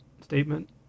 statement